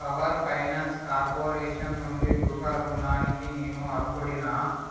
power finance corporation నుండి గృహ రుణానికి నేను అర్హుడినా